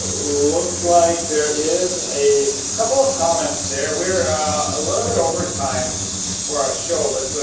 looks like there is a couple of comments there. we're a little bit overtime for our show but. so